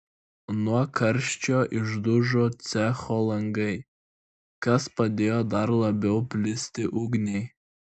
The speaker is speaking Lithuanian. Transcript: nuo karščio išdužo cecho langai kas padėjo dar labiau plisti ugniai